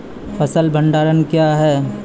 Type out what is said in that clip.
फसल भंडारण क्या हैं?